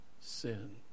sin